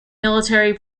military